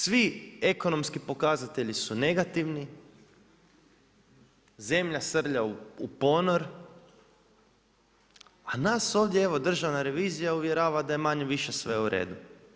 Svi ekonomski pokazatelji su negativni, zemlja srlja u ponor, a nas ovdje evo, Državna revizija uvjerava da je manje-više se u redu.